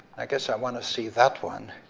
i guess i wanna see that one.